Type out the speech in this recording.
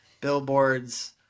billboards